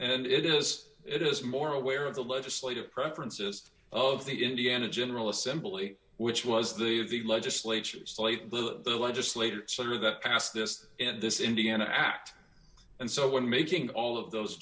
and it is it is more aware of the legislative preferences of the indiana general assembly which was the of the legislature slate the legislator senator that passed this and this indiana act and so when making all of those